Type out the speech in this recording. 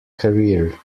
career